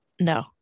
No